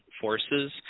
forces